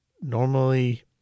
Normally